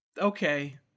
Okay